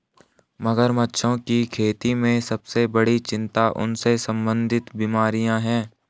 मगरमच्छों की खेती में सबसे बड़ी चिंता उनसे संबंधित बीमारियां हैं?